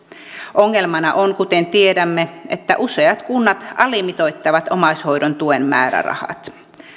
ongelmana on kuten tiedämme että useat kunnat alimitoittavat omaishoidon tuen määrärahat